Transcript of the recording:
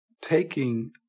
taking